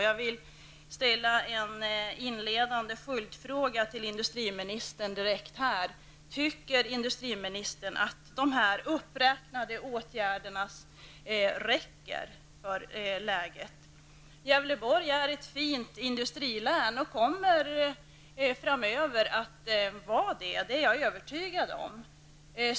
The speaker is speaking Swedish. Jag vill direkt ställa en inledande följdfråga till industriminstern: Tycker industriminstern att de här uppräknade åtgärderna räcker i nuvarande läge? Gävleborg är ett fint industrilän och kommer också att vara det framöver -- det är jag övertygad om.